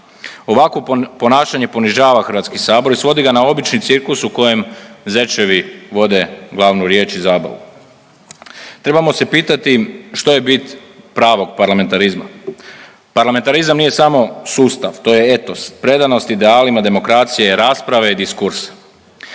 Ovakvo ponašanje ponižava HS i svodi ga na obični cirkus u kojem zečevi vode glavnu riječ i zabavu. Trebamo se pitati što je bit pravog parlamentarizma? Parlamentarizam nije samo sustav, to je etos, predanost idealima demokracije, rasprave i diskursa,